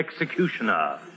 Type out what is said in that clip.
Executioner